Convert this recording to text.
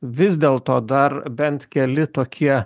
vis dėlto dar bent keli tokie